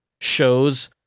shows